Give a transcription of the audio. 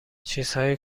چیزهای